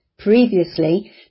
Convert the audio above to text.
Previously